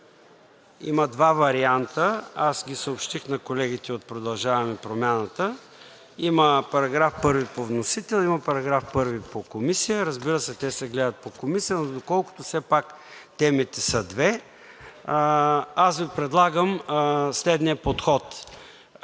Има два варианта. Аз ги съобщих на колегите от „Продължаваме Промяната“. Има § 1 по вносител, има § 1 по Комисия. Разбира се, те се гледат по Комисия, но доколкото все пак темите са две, Ви предлагам следния подход: